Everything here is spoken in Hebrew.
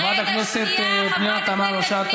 את לא יכולה להגיד, חברת הכנסת פנינה תמנו-שטה.